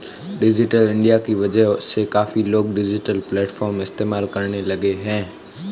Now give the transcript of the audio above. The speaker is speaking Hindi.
डिजिटल इंडिया की वजह से काफी लोग डिजिटल प्लेटफ़ॉर्म इस्तेमाल करने लगे हैं